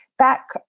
back